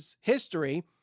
history